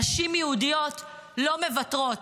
נשים יהודיות לא מוותרות,